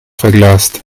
verglast